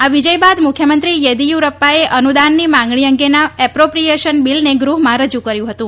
આ વિજય બાદ મુખ્યમંત્રી યેદીયુરપ્પાએ અનુદાનની માંગણી અંગેના એપ્રોપ્રીએશન બીલને ગૃહ્માં રજુ કર્યું હતું